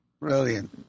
Brilliant